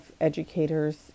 educators